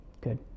Good